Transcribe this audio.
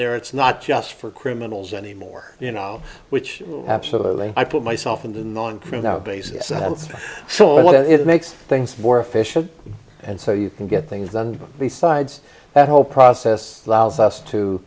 there it's not just for criminals anymore you know which absolutely i put myself into and on nowadays it's so it makes things more efficient and so you can get things done besides that whole process allows us to